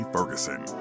Ferguson